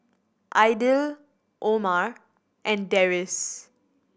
Aidil Omar and Deris